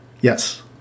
Yes